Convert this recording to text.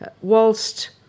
whilst